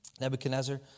Nebuchadnezzar